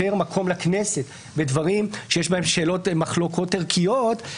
מקום לכנסת בדברים שיש בהם שאלות ומחלוקות ערכיות,